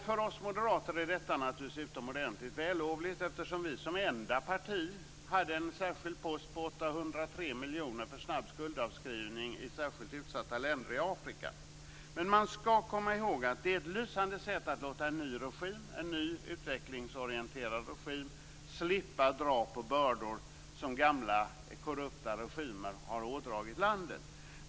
För oss moderater är detta naturligtvis utomordentligt vällovligt, eftersom vi som enda parti hade en särskild post på Man skall komma ihåg att det är ett lysande sätt att låta en ny regim, en ny utvecklingsorienterad regim, slippa dra på bördor som gamla korrupta regimer har ådragit landet.